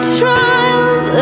trials